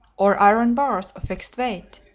or iron bars of fixed weight.